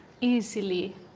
easily